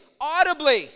audibly